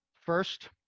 First